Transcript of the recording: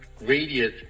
radius